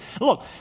Look